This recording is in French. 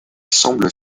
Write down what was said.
semble